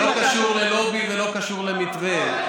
זה לא קשור ללובי ולא קשור למתווה.